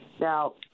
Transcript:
Now